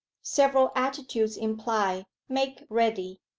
several attitudes imply make ready.